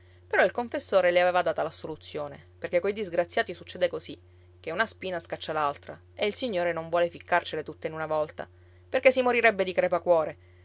però il confessore le aveva data l'assoluzione perché coi disgraziati succede così che una spina scaccia l'altra e il signore non vuole ficcarcele tutte in una volta perché si morirebbe di crepacuore